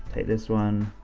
take this one,